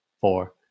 four